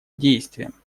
действиям